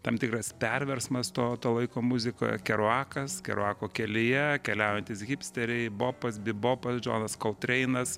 tam tikras perversmas to laiko muzikoje keruakas keruako kelyje keliaujantys hipsteriai bopas bibopas džonas koltreinas